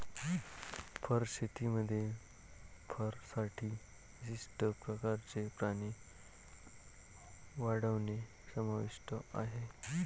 fur शेतीमध्ये फरसाठी विशिष्ट प्रकारचे प्राणी वाढवणे समाविष्ट आहे